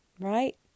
Right